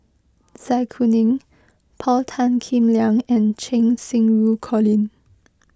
Zai Kuning Paul Tan Kim Liang and Cheng Xinru Colin